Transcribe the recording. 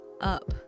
up